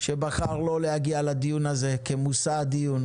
שבחר לא להגיע לדיון הזה כמושא הדיון